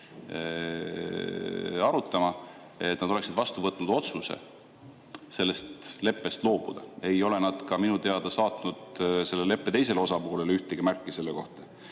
arutama – vastu võtnud otsuse sellest leppest loobuda. Ei ole nad ka minu teada saatnud selle leppe teisele osapoolele ühtegi märki selle kohta.